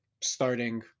starting